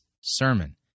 sermon